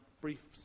brief